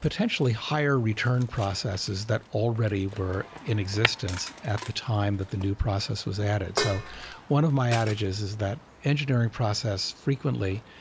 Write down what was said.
potentially higher return processes that already were in existence at the time that the new process was added. so one of my outages is that engineering process, frequently,